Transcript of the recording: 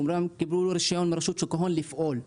אמנם הם קיבלו רישיון מרשות שוק ההון לפעול בארץ,